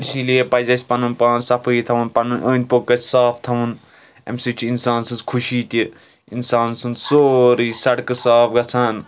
اِسلیے پَزِ اَسہِ پَنُن پان صفٲیِی تھاوُن پَنُن اوٚنٛد پوٚکھ گَژھِ صاف تھاوُن اَمہِ سٟتۍ چھُ اِنسان سٕنٛز خۄشِی تہِ اِنسان سُنٛد سورُے سڑکہٕ صاف گژھان